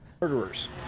Murderers